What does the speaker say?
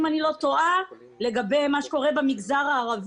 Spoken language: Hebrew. אם אני לא טועה לגבי מה שקורה במגזר הערבי.